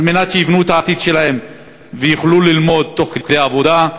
כדי שיבנו את העתיד שלהם ויוכלו ללמוד תוך כדי עבודה,